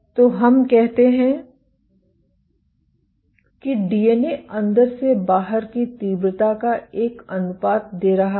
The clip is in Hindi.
तो हम कहते हैं कि डीएनए अंदर से बाहर की तीव्रता का एक अनुपात दे रहा है